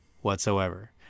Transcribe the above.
whatsoever